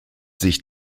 sich